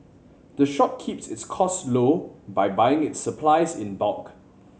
the shop keeps its costs low by buying its supplies in bulk